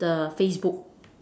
the Facebook